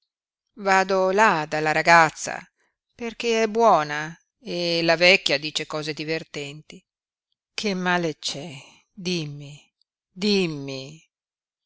vado là dalla ragazza perché è buona e la vecchia dice cose divertenti che male c'è dimmi dimmi